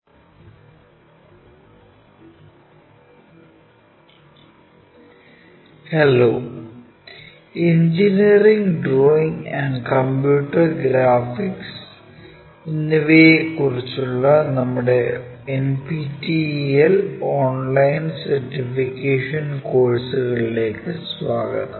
orthographic projection II part 8 production of planes hello engineering drawing and computer graphics എന്നിവയെക്കുറിച്ചുള്ള നമ്മുടെ NPTEL online certification കോഴ്സുകളിലേക്ക് സ്വാഗതം